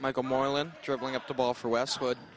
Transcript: michael moreland dribbling up the ball for westwood